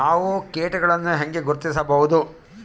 ನಾವು ಕೇಟಗಳನ್ನು ಹೆಂಗ ಗುರ್ತಿಸಬಹುದು?